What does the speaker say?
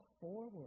forward